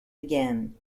again